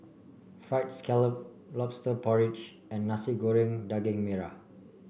fried scallop lobster porridge and Nasi Goreng Daging Merah